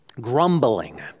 Grumbling